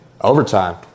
overtime